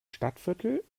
stadtviertel